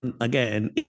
Again